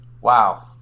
Wow